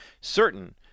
certain